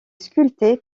sculpté